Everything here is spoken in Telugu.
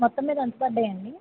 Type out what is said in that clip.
మొత్తం మీద ఎంత పడిందండి